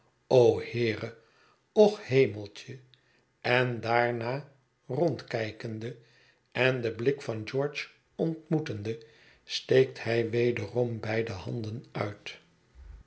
o heere och hemeltje en daarna rondkijkende en den blik van george ontmoetende steekt hij wederom beide handen uit